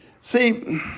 See